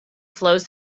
flows